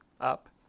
up